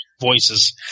voices